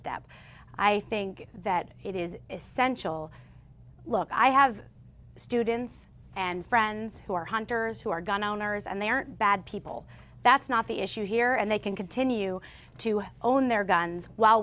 step i think that it is essential look i have students and friends who are hunters who are gun owners and they aren't bad people that's not the issue here and they can continue to own their guns while